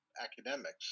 academics